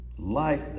life